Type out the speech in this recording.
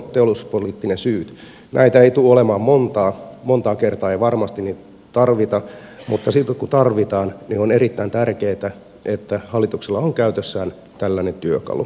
näitä ei tule olemaan montaa montaa kertaa ei varmasti tarvita mutta silloin kun tarvitaan on erittäin tärkeätä että hallituksella on käytössään tällainen työkalu